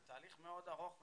זה תהליך מאוד ארוך ומורכב.